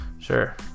Sure